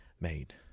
made